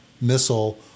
Missile